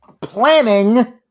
planning